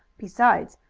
besides,